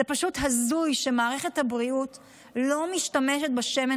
זה פשוט הזוי שמערכת הבריאות לא משתמשת בשמן